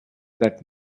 that